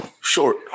short